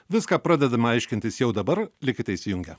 viską pradedame aiškintis jau dabar likite įsijungę